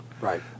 Right